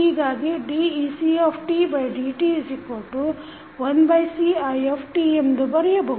ಹೀಗಾಗಿ decdt1Cit ಎಂದು ಬರೆಯಬಹುದು